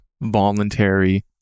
voluntary